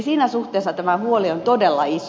siinä suhteessa tämä huoli on todella iso